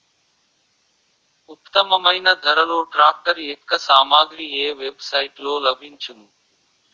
ఉత్తమమైన ధరలో ట్రాక్టర్ యెక్క సామాగ్రి ఏ వెబ్ సైట్ లో లభించును?